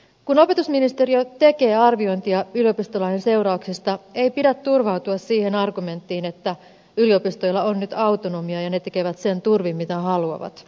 kun opetusministeriö tekee arviointia yliopistolain seurauksista ei pidä turvautua siihen argumenttiin että yliopistoilla on nyt autonomia ja ne tekevät sen turvin mitä haluavat